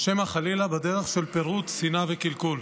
או שמא חלילה בדרך של פירוד, שנאה וקלקול.